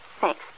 Thanks